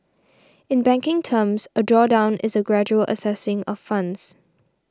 in banking terms a drawdown is a gradual accessing of funds